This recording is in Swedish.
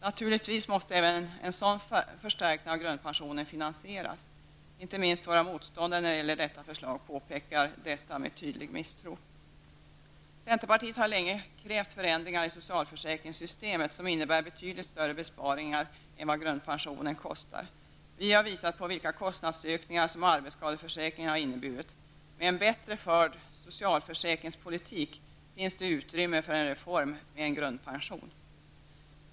Naturligtvis måste även en sådan förstärkning av grundpensionen finansieras. Inte minst våra motståndare när det gäller detta förslag påpekar detta med tydlig misstro. Centerpartiet har länge krävt förändringar i socialförsäkringssystemet som innebär betydligt större besparingar än vad grundpensionen kostar. Vi har visat på vilka kostnadsökningar som arbetsskadeförsäkringen har inneburit. Med en bättre förd socialförsäkringspolitik finns det utrymme för en reform som grundpensionen.